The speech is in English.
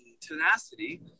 tenacity